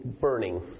burning